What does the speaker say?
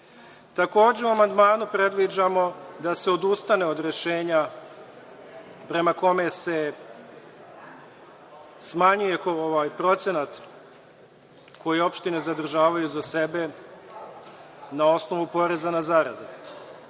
u amandmanu predviđamo da se odustane od rešenja prema kome se smanjuje procenat koji opštine zadržavaju za sebe na osnovu poreza na zarade.